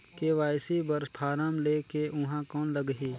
KYC बर form ले के ऊहां कौन लगही?